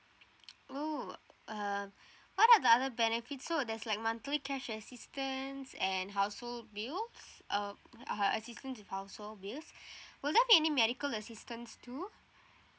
oh uh what are the other benefits so there's like monthly cash assistance and household bills uh her assistance and household bills will there be any medical assistance too